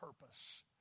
purpose